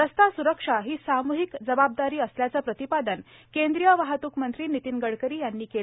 रस्ता सुरक्षा ही सामूहिक जबाबदारी असल्याचे प्रतिपादन केंद्रीय वाहतूक मंत्री नितीन गडकरी यांनी केले